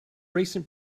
recent